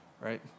right